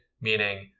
meaning